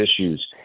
issues